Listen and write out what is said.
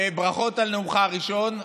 ברכות על נאומך הראשון.